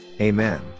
Amen